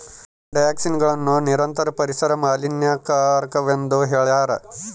ಡಯಾಕ್ಸಿನ್ಗಳನ್ನು ನಿರಂತರ ಪರಿಸರ ಮಾಲಿನ್ಯಕಾರಕವೆಂದು ಹೇಳ್ಯಾರ